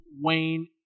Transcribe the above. Wayne